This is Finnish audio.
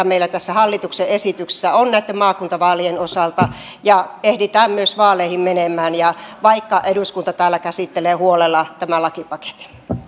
meillä tässä hallituksen esityksessä on näitten maakuntavaalien osalta ja että ehditään myös vaaleihin menemään vaikka eduskunta käsittelee huolella tämän lakipaketin